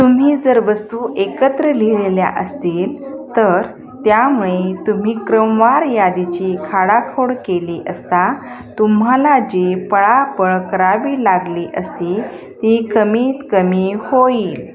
तुम्ही जर वस्तू एकत्र लिहिलेल्या असतील तर त्यामुळे तुम्ही क्रमवार यादीची खाडाखोड केली असता तुम्हाला जी पळापळ करावी लागली असती ती कमीत कमी होईल